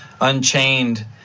Unchained